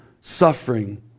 suffering